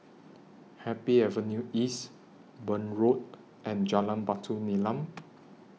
Happy Avenue East Burn Road and Jalan Batu Nilam